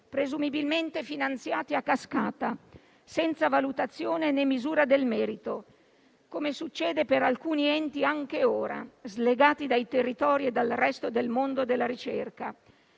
presumibilmente finanziati a cascata, senza valutazione, né misura del merito, come succede per alcuni enti anche ora, slegati dai territori e dal resto del mondo della ricerca.